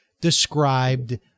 described